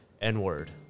N-word